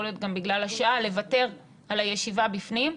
יכול להיות גם בגלל השעה, לוותר על הישיבה בפנים,